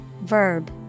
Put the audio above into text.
verb